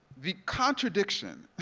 the contradiction